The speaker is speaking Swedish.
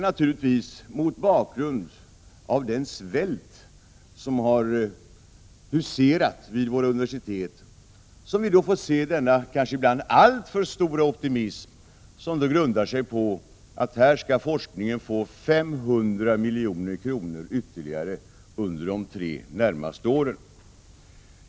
Naturligtvis är det med tanke på den svält som har huserat vid våra universitet som vi fått se den ibland kanske alltför stora optimism som grundar sig på att forskningen nu skall få 500 milj.kr. ytterligare under de tre närmaste åren.